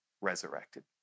resurrected